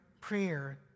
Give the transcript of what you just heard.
prayer